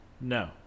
No